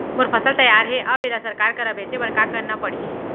मोर फसल तैयार हे अब येला सरकार करा बेचे बर का करना पड़ही?